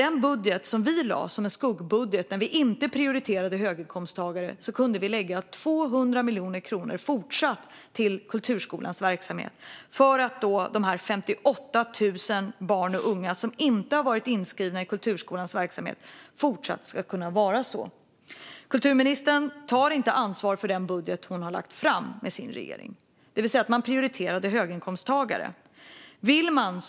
Och i vår skuggbudget, där vi inte prioriterade höginkomsttagare, kunde vi fortsatt lägga 200 miljoner kronor till kulturskolans verksamhet för att de 58 000 barn och unga som inte har varit inskrivna i kulturskolans verksamhet ska ha möjlighet att bli det. Kulturministern tar inte ansvar för den budget som hon har lagt fram genom sin regering. Man prioriterade höginkomsttagare.